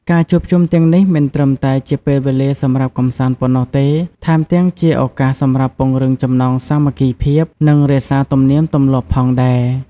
ការជួបជុំទាំងនេះមិនត្រឹមតែជាពេលវេលាសម្រាប់កម្សាន្តប៉ុណ្ណោះទេ ថែមទាំងជាឱកាសសម្រាប់ពង្រឹងចំណងសាមគ្គីភាព និងរក្សាទំនៀមទម្លាប់ផងដែរ។